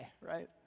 right